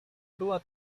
była